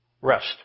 rest